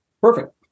Perfect